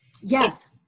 Yes